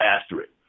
asterisk